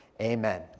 Amen